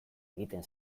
egiten